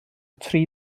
tri